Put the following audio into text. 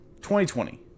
2020